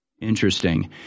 Interesting